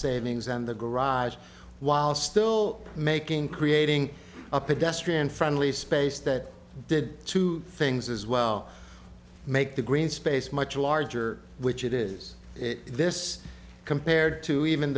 and the garage while still making creating a pedestrian friendly space that did two things as well make the green space much larger which it is this compared to even